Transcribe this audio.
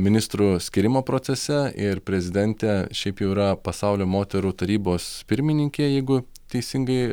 ministrų skyrimo procese ir prezidentė šiaip jau yra pasaulio moterų tarybos pirmininkė jeigu teisingai